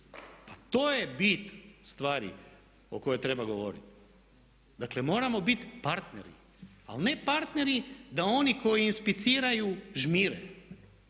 Pa to je bit stvari o kojoj treba govoriti. Dakle, moramo bit partneri. Ali ne partneri da oni koji inspiciraju žmire.